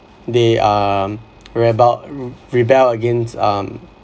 they um rebel rebel against um